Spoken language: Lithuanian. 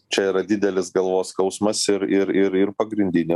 čia yra didelis galvos skausmas ir ir ir pagrindinė